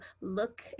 look